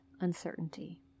uncertainty